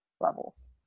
levels